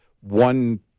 one